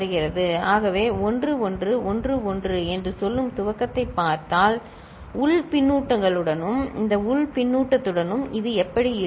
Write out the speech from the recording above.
f x4 x3 1 ஆகவே 1 1 1 1 என்று சொல்லும் துவக்கத்தைப் பார்த்தால் உள் பின்னூட்டங்களுடனும் இந்த உள் பின்னூட்டத்துடனும் இது எப்படி இருக்கும்